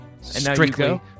strictly